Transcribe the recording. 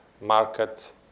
market